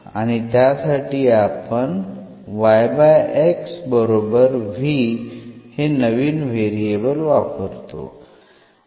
आणि त्यासाठी आपण हे नवीन व्हेरिएबल वापरतो